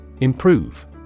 Improve